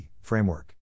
framework